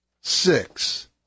six